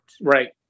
Right